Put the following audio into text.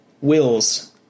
Wills